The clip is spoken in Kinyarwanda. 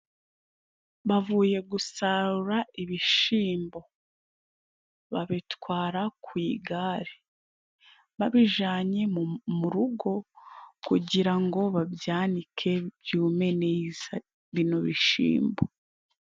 Bavuye gusarura ibishimbo. Babitwara ku igare, Babijanye mu rugo, kugira ngo babyanike byume neza, bino bishimbo.